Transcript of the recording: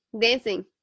dancing